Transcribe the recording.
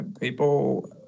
people